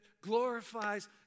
glorifies